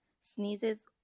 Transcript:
sneezes